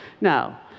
Now